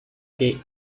que